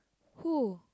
who